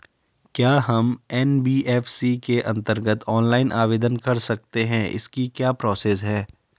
क्या हम एन.बी.एफ.सी के अन्तर्गत ऑनलाइन आवेदन कर सकते हैं इसकी क्या प्रोसेस है?